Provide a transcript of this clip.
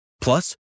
Plus